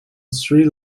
sri